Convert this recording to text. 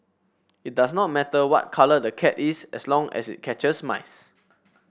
it does not matter what colour the cat is as long as it catches mice